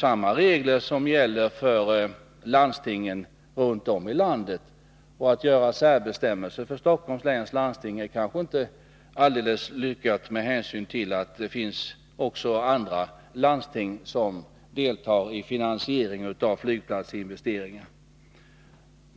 Samma regler gäller för landstingen runt om i landet, och att göra särbestämmelser för Stockholms läns landsting är kanske inte alldeles lyckat med hänsyn till att det också finns andra landsting som deltar i finansieringen av nya flygplatser.